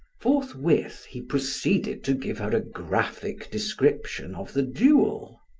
forthwith he proceeded to give her a graphic description of the duel.